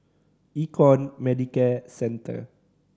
Econ Medicare Centre